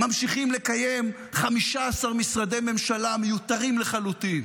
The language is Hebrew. ממשיכים לקיים 15 משרדי ממשלה מיותרים לחלוטין,